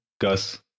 Gus